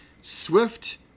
Swift